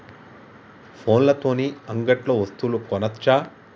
ఫోన్ల తోని అంగట్లో వస్తువులు కొనచ్చా?